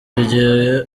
rigiye